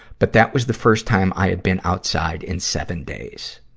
but that was the first time i had been outside in seven days.